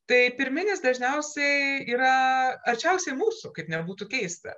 tai pirminis dažniausiai yra arčiausiai mūsų kaip nebūtų keista